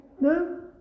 No